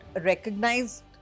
recognized